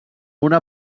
una